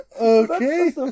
okay